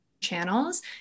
channels